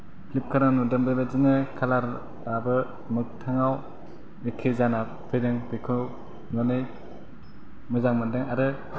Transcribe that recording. फ्लिपकार्टआव नुदों बेबायदिनो कालाराबो मोगथांआव एखे जाना फैदों बेखौ नुनानै मोजां मोनदों आरो